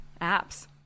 apps